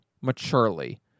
maturely